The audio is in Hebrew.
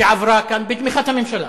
שעברה כאן בתמיכה הממשלה